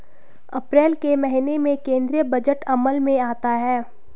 अप्रैल के महीने में केंद्रीय बजट अमल में आता है